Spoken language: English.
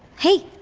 hey,